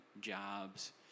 jobs